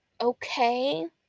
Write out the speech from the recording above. okay